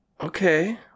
Okay